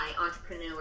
entrepreneur